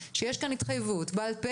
היעד הוא להגיע ל-400.